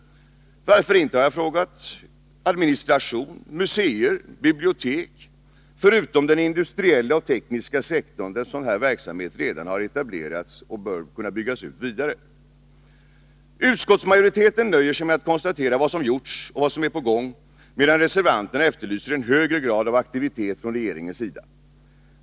Varför inte, har jag frågat, administration, museer, bibliotek m.m. förutom den industriella och tekniska sektorn, där sådan verksamhet redan etablerats och bör byggas ut vidare. Utskottsmajoriteten nöjer sig med att konstatera vad som gjorts och vad som är på gång, medan reservanterna efterlyser en högre grad av aktivitet från regeringens sida.